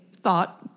thought